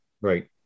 right